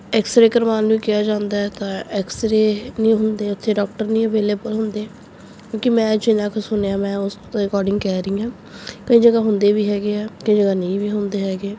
x ray ਕਰਵਾਉਣ ਨੂੰ ਕਿਹਾ ਜਾਂਦਾ ਤਾਂ ਐਕਸਰੇ ਨਹੀਂ ਹੁੰਦੇ ਉੱਥੇ ਡਾਕਟਰ ਨਹੀਂ ਅਵੇਲੇਬਲ ਹੁੰਦੇ ਕਿਉਂਕਿ ਮੈਂ ਜਿੰਨਾ ਕੁ ਸੁਣਿਆ ਮੈਂ ਉਸਦੇ ਅਕੋਰਡਿੰਗ ਕਹਿ ਰਹੀ ਹਾਂ ਕਈ ਜਗ੍ਹਾ ਹੁੰਦੇ ਵੀ ਹੈਗੇ ਆ ਕਈ ਜਗ੍ਹਾ ਨਹੀਂ ਵੀ ਹੁੰਦੇ ਹੈਗੇ